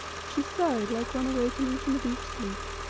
she sighed like one awakening from a deep sleep,